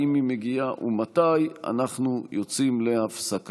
אם כך, יש לנו 20 בעד, ארבעה נגד, אין